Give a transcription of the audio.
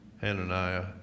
Hananiah